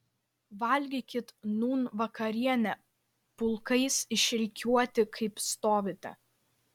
valgykit nūn vakarienę pulkais išrikiuoti kaip stovite